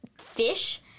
fish